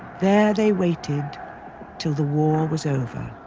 there they waited till the war was over.